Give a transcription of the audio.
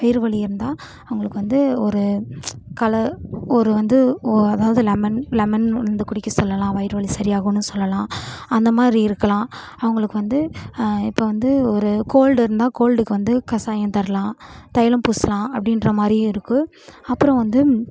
வயிறு வலி இருந்தால் அவங்களுக்கு வந்து ஒரு கல ஒரு வந்து ஓ அதாவது லெமன் லெமன் வந்து குடிக்க சொல்லலாம் வயிறு வலி சரியாகுன்னு சொல்லலாம் அந்த மாதிரி இருக்கலாம் அவங்களுக்கு வந்து இப்போ வந்து ஒரு கோல்டு இருந்தால் கோல்டுக்கு வந்து கசாயம் தரலாம் தைலம் பூசலாம் அப்படின்ற மாதிரியும் இருக்குது அப்புறம் வந்து